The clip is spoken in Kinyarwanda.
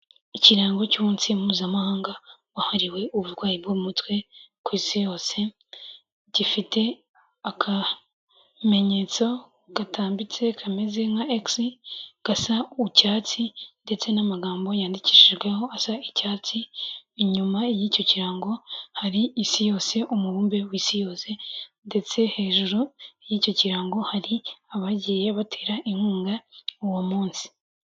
Ikirango cy'umunsi mpuzamahanga wahariwe uburwayi bwo mu mutwe ku isi yose, gifite akamenyetso gatambitse kameze nka ekisi gasa icyatsi ndetse n'amagambo yandikishijweho asa icyatsi, inyuma y'icyo kirango hari isi yose umubumbe w'isi yose ndetse hejuru y'icyo kirango hari abagiye batera inkunga uwo munsi.